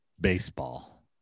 Baseball